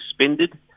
suspended